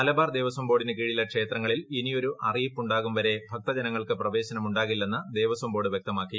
മലബാർ ദേവസ്വം ബോർഡിനു കീഴിലെ ക്ഷേത്രങ്ങളിൽ ഇനിയൊരു അറിയിപ്പുണ്ടാകും വരെ ഭക്തജനങ്ങൾക്ക് പ്രവേശനം ഉണ്ടാകില്ലെന്ന് ദേവസ്വം ബോർഡ് വ്യക്തമാക്കി